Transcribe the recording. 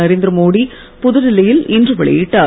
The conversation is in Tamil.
நரேந்திரமோடி புதுடெல்லியில் இன்று வெளியிட்டார்